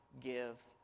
gives